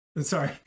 Sorry